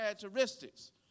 characteristics